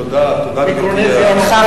תודה, גברתי.